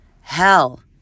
hell